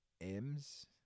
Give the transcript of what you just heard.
M's